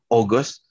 August